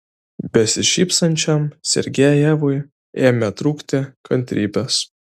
besišypsančiam sergejevui ėmė trūkti kantrybės